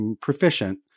proficient